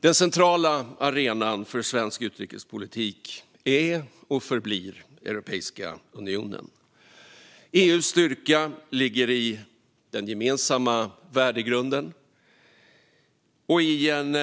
Den centrala arenan för svensk utrikespolitik är och förblir Europeiska unionen. EU:s styrka ligger i den gemensamma värdegrunden och i en,